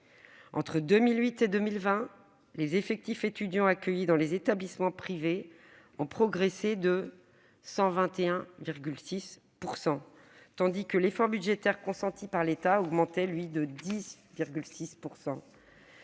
Entre 2008 et 2020, les effectifs étudiants accueillis dans les établissements privés ont progressé de 121,6 %, tandis que l'effort budgétaire consenti par l'État augmentait de 10,6 %.